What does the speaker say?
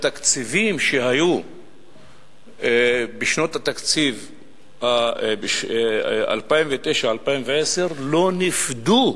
שהתקציבים שהיו בשנות התקציב 2009 2010 לא נפדו.